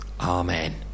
Amen